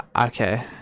Okay